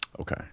Okay